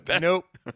nope